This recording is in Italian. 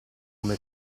come